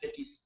50s